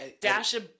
Dasha